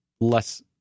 less